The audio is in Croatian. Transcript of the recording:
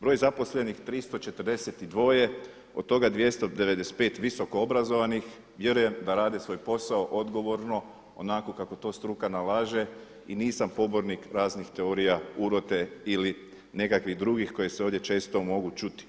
Broj zaposlenih 342, od toga 295 visokoobrazovanih, vjerujem da rade svoj posao odgovorno onako kako to struka nalaže i nisam pobornik raznih teorija urote ili nekakvih drugih koje se ovdje često mogu čuti.